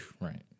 right